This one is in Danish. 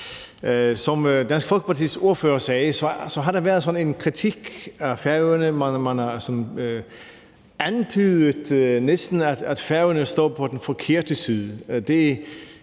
Som Dansk Folkepartis ordfører sagde, har der været sådan en kritik af Færøerne. Man har sådan næsten antydet, at Færøerne står på den forkerte side.